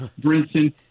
Brinson